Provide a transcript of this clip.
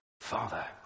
Father